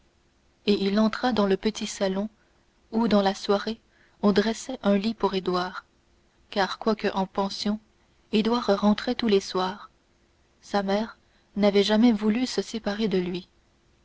et il entra dans le petit salon où dans la soirée on dressait un lit pour édouard car quoique en pension édouard rentrait tous les soirs sa mère n'avait jamais voulu se séparer de lui